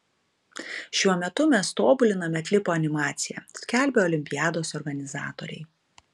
šiuo metu mes tobuliname klipo animaciją skelbia olimpiados organizatoriai